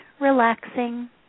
relaxing